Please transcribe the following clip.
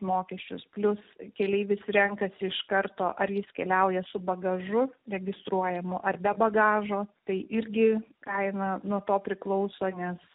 mokesčius plius keleivis renkasi iš karto ar jis keliauja su bagažu registruojamu ar be bagažo tai irgi kaina nuo to priklauso nes